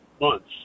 months